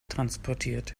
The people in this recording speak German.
transportiert